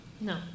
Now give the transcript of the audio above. No